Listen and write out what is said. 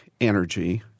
energy